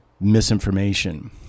misinformation